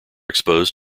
exposed